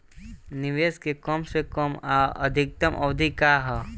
निवेश के कम से कम आ अधिकतम अवधि का है?